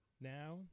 Now